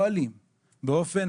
גם יום שבגלל מותו של משה רבנו והולדתו,